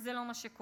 וזה לא מה שקורה.